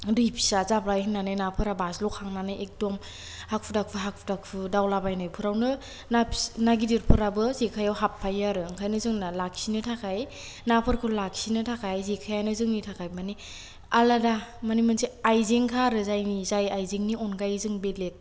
दै फिसा जाबाय होन्नानै नाफोरा बाज्ल'खांनानै एकदम हाखु दाखु हाखु दाखु दावला बायनायफोरावनो ना फि ना गिदिरफोराबो जेखाइआव हाबफायो आरो ओंखायनो जों ना लाखिनो थाखाय नाफोरखौ लाखिनो थाखाय जेखाइआनो जोंनि थाखाय मानि आलादा मानि मोनसे आइजेंखा आरो जायनि जाय आइजेंनि अनगायै जोंं बेलेग